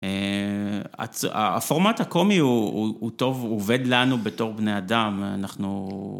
הפורמט הקומי הוא טוב, עובד לנו בתור בני אדם, אנחנו...